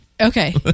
okay